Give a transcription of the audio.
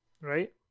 Right